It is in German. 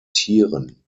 tieren